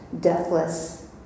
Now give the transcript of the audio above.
deathless